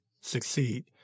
succeed